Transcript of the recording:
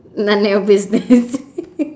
narnia business